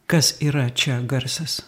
kas yra čia garsas